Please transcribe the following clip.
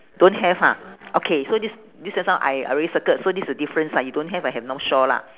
don't have ha okay so this this just now I I already circled so this the difference lah you don't have I have north shore lah